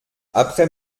après